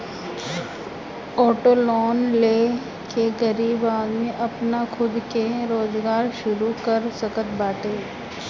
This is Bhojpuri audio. ऑटो लोन ले के गरीब आदमी आपन खुद के रोजगार शुरू कर सकत बाटे